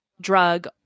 drug